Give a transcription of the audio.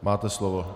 Máte slovo.